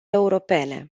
europene